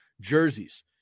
jerseys